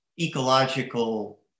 ecological